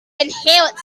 inherent